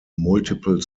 multiple